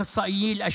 (חוזר על המילים בערבית.)